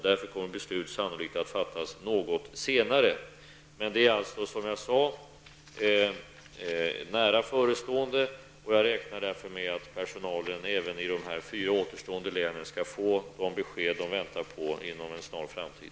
Därför kommer beslut sannolikt att fattas något senare. Men det är, som jag sade, nära förestående. Jag räknar därför med att personalen i de fyra återstående länen kan få de besked som den väntar på inom en snar framtid.